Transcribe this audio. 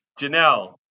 Janelle